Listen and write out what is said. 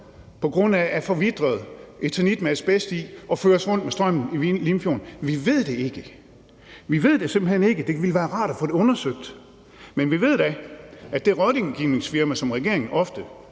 på grund af forvitret eternit med asbest i, og føres rundt med strømmen i Limfjorden? Vi ved det simpelt hen ikke, og det ville være rart at få det undersøgt. Men vi ved da, at det rådgivningsfirma, som regeringen ofte